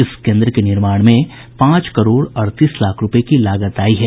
इस केंद्र के निर्माण में पांच करोड़ अड़तीस लाख रूपये की लागत आयी है